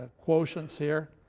ah quotients here,